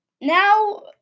now